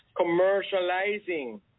commercializing